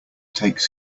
takes